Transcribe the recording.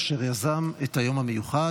אשר יזם את היום המיוחד,